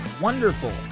wonderful